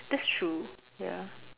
that's true ya